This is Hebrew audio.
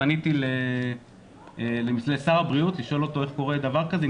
פניתי לשר הבריאות לשאול אותו איך קורה דבר כזה,